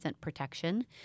protection